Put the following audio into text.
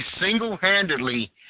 single-handedly